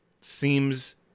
seems